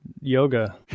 yoga